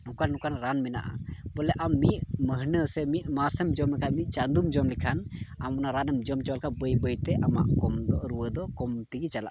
ᱱᱚᱝᱠᱟᱱ ᱱᱚᱝᱠᱟᱱ ᱨᱟᱱ ᱢᱮᱱᱟᱜᱼᱟ ᱵᱚᱞᱮ ᱟᱢ ᱢᱤᱫ ᱢᱟᱹᱦᱱᱟᱹ ᱥᱮ ᱢᱤᱫ ᱢᱟᱥᱮᱢ ᱡᱚᱢ ᱞᱮᱠᱷᱟᱡ ᱢᱤᱫ ᱪᱟᱸᱫᱳᱢ ᱡᱚᱢ ᱞᱮᱠᱷᱟᱱ ᱟᱢ ᱚᱱᱟ ᱨᱟᱱᱮᱢ ᱡᱚᱢ ᱪᱟᱵᱟ ᱞᱮᱠᱷᱟᱡ ᱵᱟᱹᱭ ᱵᱟᱹᱭ ᱛᱮ ᱠᱚᱢ ᱟᱢᱟᱜ ᱨᱩᱣᱟᱹᱫᱚ ᱠᱚᱢ ᱛᱮᱜᱮ ᱪᱟᱞᱟᱜᱼᱟ ᱛᱟᱢᱟ